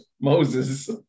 Moses